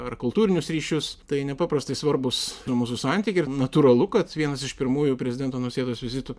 ar kultūrinius ryšius tai nepaprastai svarbūs mūsų santykiai ir natūralu kad vienas iš pirmųjų prezidento nausėdos vizitų